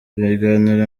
ibiganiro